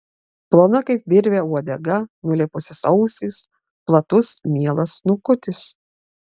plona kaip virvė uodega nulėpusios ausys platus mielas snukutis